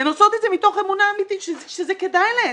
הן עושות את זה מתוך אמונה אמיתית שזה כדאי להן.